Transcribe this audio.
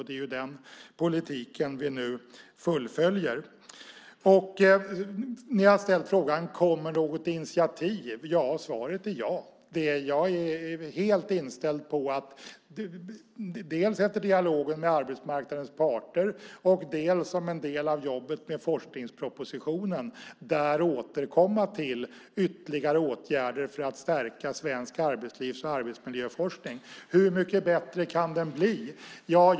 Det är den politiken som vi nu fullföljer. Ni har ställt frågan: Kommer något initiativ? Svaret är ja. Jag är helt inställd på att efter dialogen med arbetsmarknadens parter och som en del av jobbet med forskningspropositionen återkomma till ytterligare åtgärder för att stärka svensk arbetslivs och arbetsmiljöforskning. Hur mycket bättre kan den då bli?